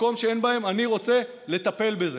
מקום שאין בו, אני רוצה לטפל בזה.